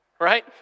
right